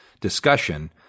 discussion